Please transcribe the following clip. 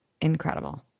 incredible